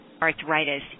arthritis